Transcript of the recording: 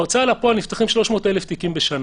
בהוצאה לפועל נפתחים 300,000 תיקים בשנה.